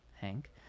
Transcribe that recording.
Hank